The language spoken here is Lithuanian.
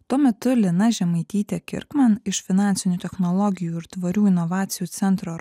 tuo metu lina žemaitytėkirkman iš finansinių technologijų ir tvarių inovacijų centro